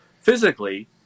physically